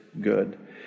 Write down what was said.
good